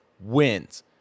wins